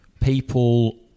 people